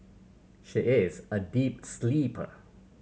she is a deep sleeper